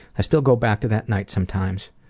i still go back to that night sometimes.